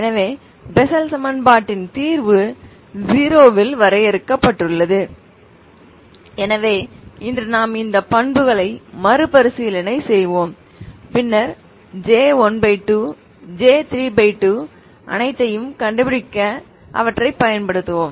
எனவே பெசெல் சமன்பாட்டின் தீர்வு 0 இல் வரையறுக்கப்பட்டுள்ளது எனவே இன்று நாம் இந்த பண்புகளை மறுபரிசீலனை செய்வோம் பின்னர் J12 J32அனைத்தையும் கண்டுபிடிக்க அவற்றைப் பயன்படுத்துவோம்